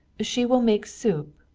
she will make soup,